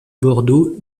bordeaux